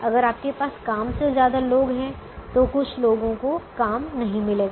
अगर आपके पास काम से ज्यादा लोग हैं तो कुछ लोगों को काम नहीं मिलेगा